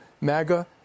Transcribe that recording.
MAGA